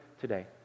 today